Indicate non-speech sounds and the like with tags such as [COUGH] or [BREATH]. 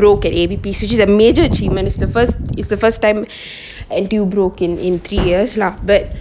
broke at A_B_P which is a major achievements it's the first is the first time [BREATH] N_T_U broke in three years lah but